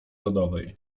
rodowej